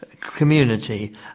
community